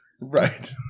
Right